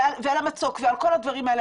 על המצוק ועל כל הדברים האלה,